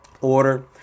order